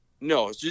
no